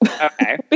Okay